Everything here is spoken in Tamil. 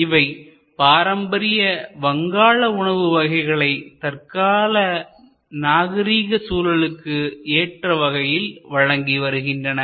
இவை பாரம்பரிய வங்காள உணவு வகைகளை தற்கால நாகரீக சூழலுக்கு ஏற்ற வகையில் வழங்கிவருகின்றன